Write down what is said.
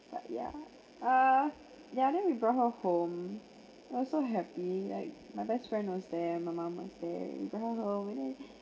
but yeah uh ya then we brought her home I was so happy like my best friend was there and my mom was there and it's like hello